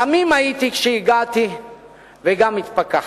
תמים הייתי כשהגעתי וגם התפכחתי.